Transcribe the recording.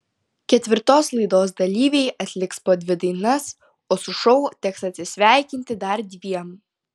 ketvirtos laidos dalyviai atliks po dvi dainas o su šou teks atsisveikinti dar dviem